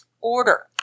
order